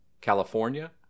California